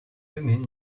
thummim